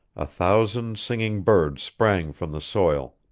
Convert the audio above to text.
a thousand singing birds sprang from the soil,